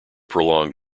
prolonged